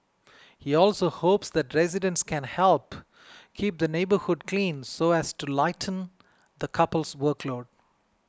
he also hopes that residents can help keep the neighbourhood clean so as to lighten the couple's workload